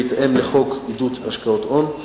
בהתאם לחוק עידוד השקעות הון.